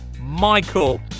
Michael